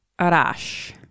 Arash